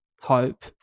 hope